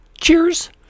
Cheers